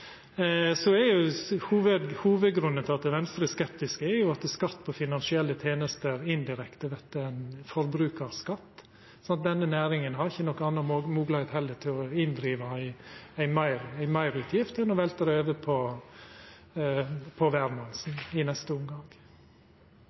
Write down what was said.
Så det er punkt nummer 1: Kva type tenester skal avgiftsleggjast, korleis skal ein gjera det, omfang etc. Hovudgrunnen til at Venstre er skeptisk, er at skatt på finansielle tenester indirekte vert ein forbrukarskatt. Denne næringa har heller ikkje noka anna moglegheit til å inndriva ei meirutgift enn å velta det over på